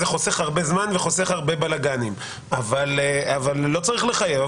זה חוסך הרבה זמן וחוסך הרבה בלגנים אבל לא צריך לחייב.